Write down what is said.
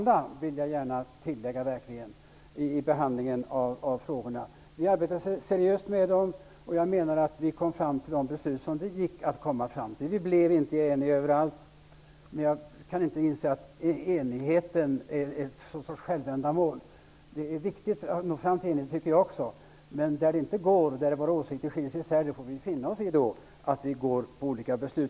Jag vill gärna tillägga att den verkligen skedde i en mycket god anda. Vi arbetade seriöst med dem, och jag menar att vi kom fram till de beslut som det gick att komma fram till. Vi blev inte eniga överallt, men jag kan inte inse att enigheten är ett sorts självändamål. Också jag tycker att det är viktigt att nå fram till enighet, men vi får finna oss i att vi går på olika beslut när våra åsikter skiljer sig.